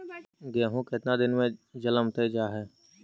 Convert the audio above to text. गेहूं केतना दिन में जलमतइ जा है?